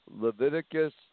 Leviticus